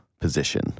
position